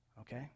okay